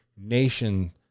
Nation